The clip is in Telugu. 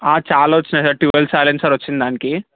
చాలా వచ్చినాయి సార్ డ్యూయల్ సైలెన్సర్ వచ్చిన దానికి